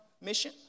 mission